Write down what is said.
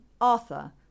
Arthur